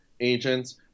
agents